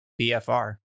BFR